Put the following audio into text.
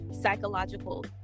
psychological